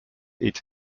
its